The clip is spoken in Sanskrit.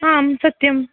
आम् सत्यं